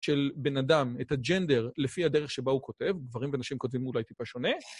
של בן אדם, את הג'נדר, לפי הדרך שבה הוא כותב, גברים ונשים כותבים אולי טיפה שונה.